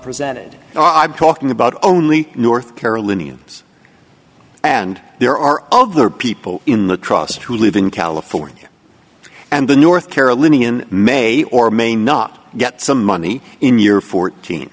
presented about only north carolinians and there are other people in the trust who live in california and the north carolinian may or may not get some money in year fourteen th